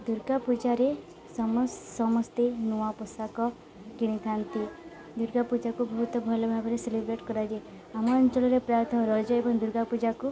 ଦୂର୍ଗା ପୂଜାରେ ସମ ସମସ୍ତେ ନୂଆ ପୋଷାକ କିଣିଥାନ୍ତି ଦୂର୍ଗା ପୂଜାକୁ ବହୁତ ଭଲ ଭାବରେ ସେଲିବ୍ରେଟ କରାଯାଏ ଆମ ଅଞ୍ଚଳରେ ପ୍ରାୟତଃ ରଜ ଏବଂ ଦୂର୍ଗା ପୂଜାକୁ